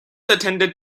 attended